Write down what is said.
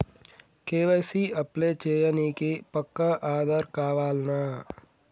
KYC apply చేయనీకి పక్కా ఆధార్ కావాల్నా?